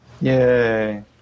yay